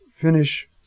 finish